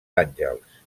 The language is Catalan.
àngels